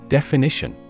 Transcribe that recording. Definition